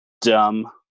dumb